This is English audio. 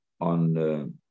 on